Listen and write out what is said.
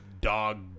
dog